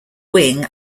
wing